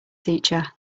teacher